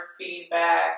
feedback